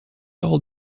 all